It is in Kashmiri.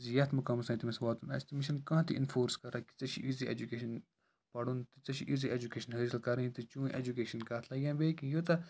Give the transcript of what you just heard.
زِ یَتھ مُقامَس تانۍ تٔمِس واتُن آسہِ تٔمِس چھَنہٕ کانٛہہ تہِ اِنفورس کَران کہِ ژےٚ چھِ یِژی اٮ۪جُکیشَن پَرُن تہٕ ژےٚ چھُے یِژی اٮ۪جوکیشَن حٲصِل کَرٕنۍ تہٕ چون اٮ۪جُکیشَن کَتھ لَگہِ یا بیٚیہِ کیٚنٛہہ ییٖژاہ